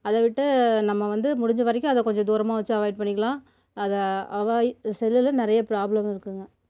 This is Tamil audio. அதைவிட்டு நம்ம வந்து முடிஞ்ச வரைக்கும் அத கொஞ்சம் தூரமாக வச்சு அவாய்ட் பண்ணிக்கலாம் அதை அவாய் இந்த செல்லில் நிறைய ப்ராப்ளம் இருக்குதுங்க